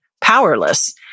powerless